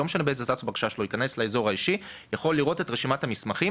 לא משנה באיזה --- ייכנס לאזור האישי ויראה את רשימת המסמכים